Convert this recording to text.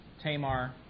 Tamar